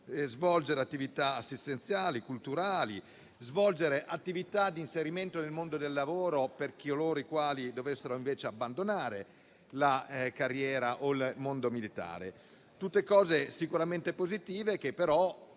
svolgere attività assistenziali, culturali, attività di inserimento nel mondo del lavoro per coloro i quali dovessero invece abbandonare la carriera o il mondo militare. Sono sicuramente tutte cose positive che però,